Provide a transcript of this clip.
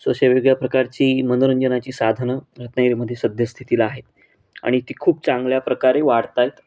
so अशा वेगळ्या प्रकारची मनोरंजनाची साधनं रत्नागिरीमध्ये सध्यस्थितीला आहेत आणि ती खूप चांगल्या प्रकारे वाढत आहेत